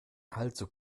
also